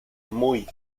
muy